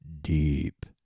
deep